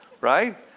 Right